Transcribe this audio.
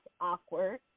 awkward